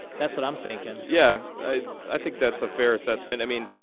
that's what i'm thinking yeah. i think that's a fair assessment i mean.